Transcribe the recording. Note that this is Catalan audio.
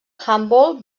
handbol